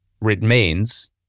remains